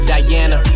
Diana